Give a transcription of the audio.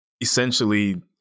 essentially